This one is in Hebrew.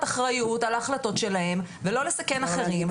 אחריות על ההחלטות שלהם ולא לסכן אחרים,